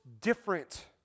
different